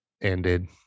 ended